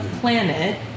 planet